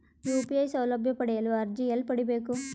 UPI ಸೌಲಭ್ಯ ಪಡೆಯಲು ಅರ್ಜಿ ಎಲ್ಲಿ ಪಡಿಬೇಕು?